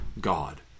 God